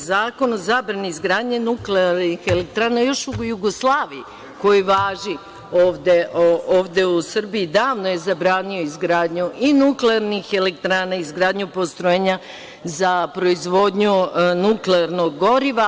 Zakon o zabrani izgradnje nuklearnih elektrana još u Jugoslaviji koji važi ovde u Srbiji davno je zabranio izgradnju i nuklearnih elektrana i izgradnju postrojenja za proizvodnju nuklearnog goriva.